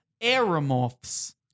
Aeromorphs